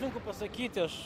sunku pasakyti aš